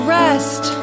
rest